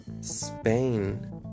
Spain